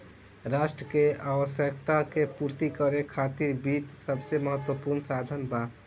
राष्ट्र के आवश्यकता के पूर्ति करे खातिर वित्त सबसे महत्वपूर्ण साधन बा